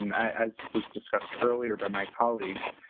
as was discussed earlier by my colleagues,